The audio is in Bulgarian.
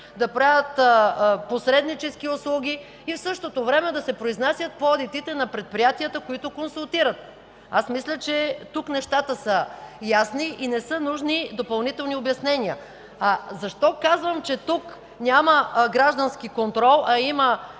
да правят посреднически услуги и в същото време да се произнасят по одитите на предприятията, които консултират. Аз мисля, че тук нещата са ясни и не са нужни допълнителни обяснения. Защо казвам, че тук няма граждански контрол, а има